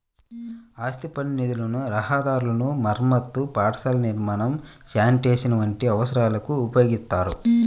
ఆస్తి పన్ను నిధులను రహదారుల మరమ్మతు, పాఠశాలల నిర్మాణం, శానిటేషన్ వంటి అవసరాలకు ఉపయోగిత్తారు